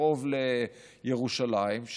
קרוב לירושלים,